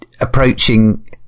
approaching